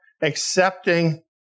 accepting